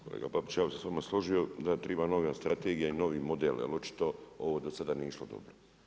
Kolega Babić, ja bih se sa vama složio da triba nova strategija i novi model, jer očito ovo do sada nije išlo dobro.